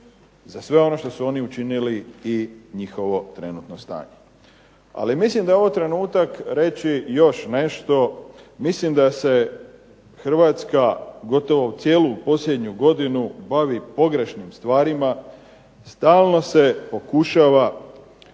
za sve ono što su oni učinili i njihovo trenutno stanje. Ali mislim da je ovo trenutak reći još nešto, mislim da se Hrvatska gotovo cijelu posljednju godinu bavi pogrešnim stvarima, stalno se pokušava